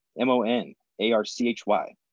M-O-N-A-R-C-H-Y